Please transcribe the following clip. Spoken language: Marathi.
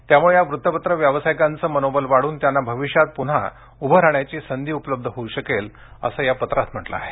त्यामुळे या वृत्तपत्र व्यावसायिकांचे मनोबल वाढून त्यांना भविष्यात पुन्हा उभे राहण्याची संधी उपलब्ध होऊ शकेल असं या पत्रात म्हंटल आहे